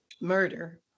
Murder